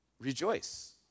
rejoice